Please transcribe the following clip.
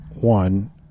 one